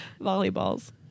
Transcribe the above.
volleyballs